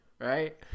Right